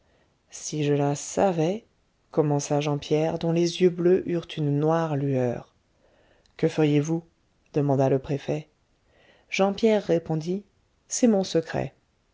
si je la savais commença jean pierre dont les yeux bleus eurent une noire lueur que feriez-vous demanda le préfet jean pierre répondit c'est mon secret